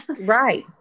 Right